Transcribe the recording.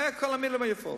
כל המלים היפות.